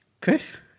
Chris